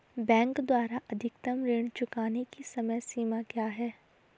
Bank द्वारा अधिकतम ऋण चुकाने की समय सीमा क्या है?